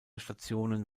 stationen